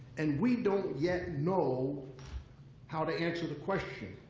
and we don't yet know how to answer the question,